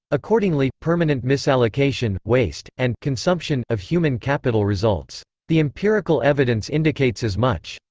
accordingly, permanent misallocation, waste, and consumption of human capital results. the empirical evidence indicates as much.